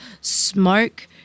smoke